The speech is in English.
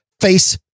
face